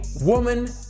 woman